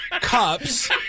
cups